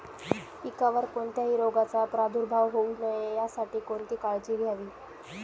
पिकावर कोणत्याही रोगाचा प्रादुर्भाव होऊ नये यासाठी कोणती काळजी घ्यावी?